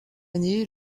année